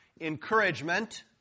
Encouragement